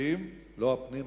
הכספים ולא בוועדת הפנים,